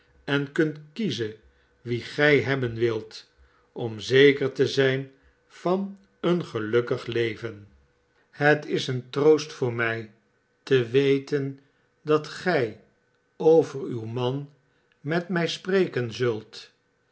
en kunt kiezen wien gij hebben wilt om zeker te zijn van een gelukkig leven het is een troost voor mij te weten dat gij over uw man met mij spreken zult